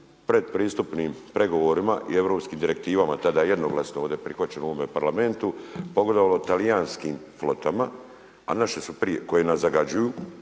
pretpristupnim pregovorima i europskim direktivama tada jednoglasno ovdje prihvaćeno u ovome Parlamentu, pogodovalo talijanskim flotama koje nas zagađuju,